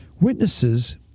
witnesses